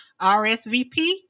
RSVP